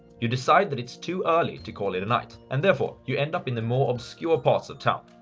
you decide that it's too early to call it a night, and therefore you end up in the more obscure parts of town.